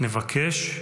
נבקש,